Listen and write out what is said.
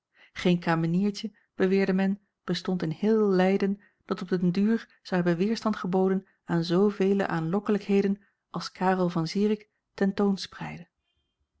geen kameniertje beweerde men bestond in heel leyden dat op den duur zou hebben weêrstand geboden aan zoovele aanlokkelijkheden als karel van zirik